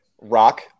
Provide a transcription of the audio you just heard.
rock